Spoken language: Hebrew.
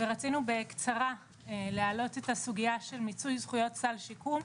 ורצינו בקצרה להעלות את הסוגייה של מיצוי זכויות סל שיקום,